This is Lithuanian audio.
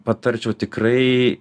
patarčiau tikrai